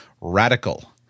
RADICAL